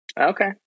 Okay